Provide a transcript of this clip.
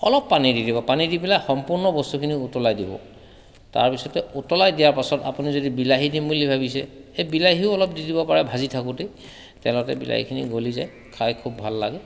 অলপ পানী দি দিব পানী দি পেলাই সম্পূৰ্ণ বস্তুখিনি উতলাই দিব তাৰপিছতে উতলাই দিয়াৰ পাছত আপুনি যদি বিলাহী দিম বুলি ভাবিছে সেই বিলাহীও অলপ দি দিব পাৰে ভাজি থাকোঁতেই তেলতেই বিলাহীখিনি গলি যায় খাই খুব ভাল লাগে